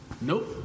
Nope